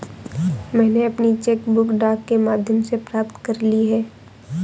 मैनें अपनी cheque book डाक के माध्यम से प्राप्त कर ली है